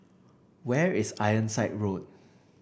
where is Ironside Road